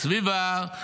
הסביבה,